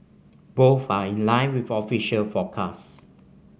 both are in line with official forecasts